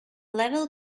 level